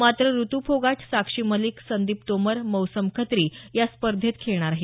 मात्र ऋतु फोगट साक्षी मलिक संदीप तोमर मौसम खत्री या स्पर्धेत खेळणार आहेत